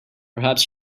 perhaps